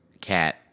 cat